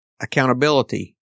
Accountability